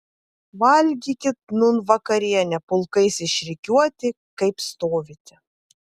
valgykit nūn vakarienę pulkais išrikiuoti kaip stovite